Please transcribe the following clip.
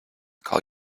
call